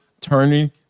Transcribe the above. turning